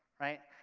right?